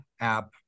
app